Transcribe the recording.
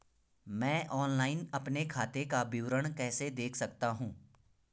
मैं ऑनलाइन अपने खाते का विवरण कैसे देख सकता हूँ?